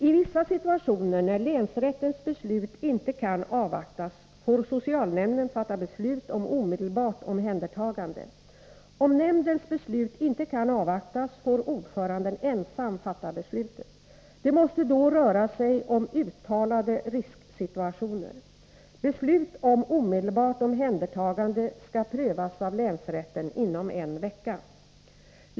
I vissa situationer, när länsrättens beslut inte kan avvaktas, får socialnämnden fatta beslut om omedelbart omhändertagande. Om nämndens beslut inte kan avvaktas får ordföranden ensam fatta beslutet. Det måste då röra sig om uttalade risksituationer. Beslut om omedelbart omhändertagande skall prövas av länsrätten inom en vecka.